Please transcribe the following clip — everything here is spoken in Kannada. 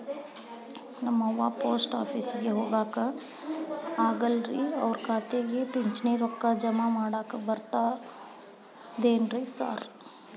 ನಮ್ ಅವ್ವ ಪೋಸ್ಟ್ ಆಫೇಸಿಗೆ ಹೋಗಾಕ ಆಗಲ್ರಿ ಅವ್ರ್ ಖಾತೆಗೆ ಪಿಂಚಣಿ ರೊಕ್ಕ ಜಮಾ ಮಾಡಾಕ ಬರ್ತಾದೇನ್ರಿ ಸಾರ್?